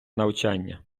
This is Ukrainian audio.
навчання